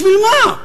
בשביל מה?